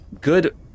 good